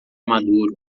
maduro